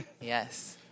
yes